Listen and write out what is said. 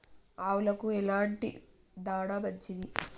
ఆవులకు ఎలాంటి దాణా మంచిది?